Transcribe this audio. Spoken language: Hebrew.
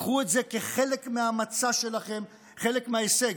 קחו את זה כחלק מהמצע שלכם, חלק מההישג.